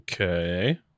Okay